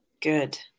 Good